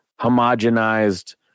homogenized